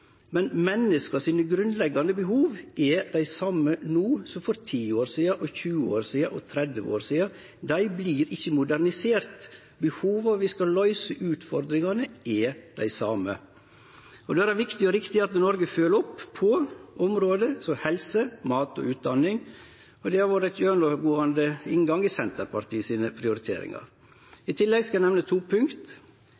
men dei grunnleggande behova til menneska er dei same no som for ti, tjue, tretti år sidan – dei vert ikkje moderniserte. Behova og utfordringane vi skal løyse, er dei same. Då er det viktig og riktig at Noreg følgjer opp område som helse, mat og utdanning, og det har vore ein gjennomgåande inngang for prioriteringane til Senterpartiet. I tillegg vil eg nemne to punkt: Kvinner sine